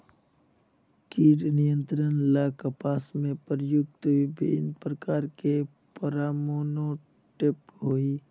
कीट नियंत्रण ला कपास में प्रयुक्त विभिन्न प्रकार के फेरोमोनटैप होई?